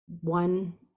one